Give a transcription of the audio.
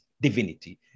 divinity